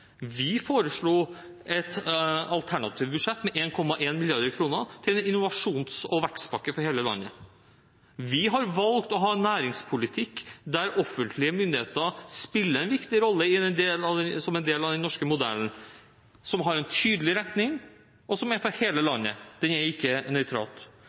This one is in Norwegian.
Vi foreslo et alternativt budsjett med 1,1 mrd. kr til en innovasjons- og vekstpakke for hele landet. Vi har valgt å ha en næringspolitikk der offentlige myndigheter spiller en viktig rolle som en del av den norske modellen, som har en tydelig retning, og som er for hele